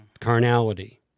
Carnality